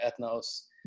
Ethnos